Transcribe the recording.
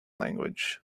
language